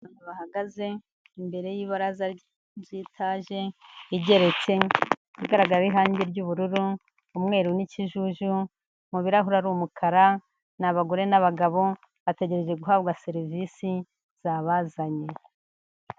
Bahagaze imbere y'ibaraza ry'itaje igeretse, igaragaraho irangi ry'ubururu, umweru n'ikijuju, mu birahure ari umukara, ni abagore n'abagabo, bategereje guhabwa serivisi zabazanye.